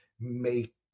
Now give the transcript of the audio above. make